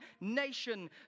nation